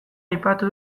aipatu